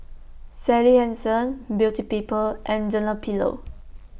Sally Hansen Beauty People and Dunlopillo